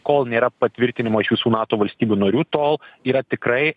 kol nėra patvirtinimo iš visų nato valstybių narių tol yra tikrai